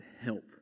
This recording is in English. help